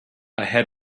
ahead